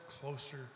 closer